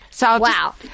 Wow